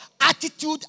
attitude